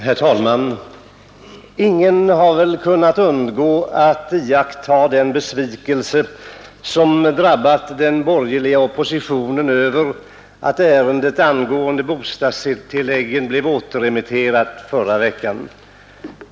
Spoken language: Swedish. Herr talman! Ingen har väl kunnat undgå att iaktta den besvikelse som drabbat den borgerliga oppositionen över att ärendet angående bostadstilläggen blev återremitterat förra veckan.